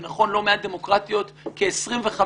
ונכון, לא מעט דמוקרטיות, כ-25,